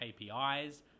KPIs